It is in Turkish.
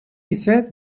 ise